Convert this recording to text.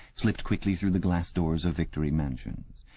slipped quickly through the glass doors of victory mansions,